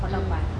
hot dog bun